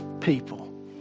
people